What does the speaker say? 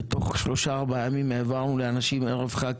ובתוך שלושה-ארבעה ימים העברנו לאנשים ערב חג,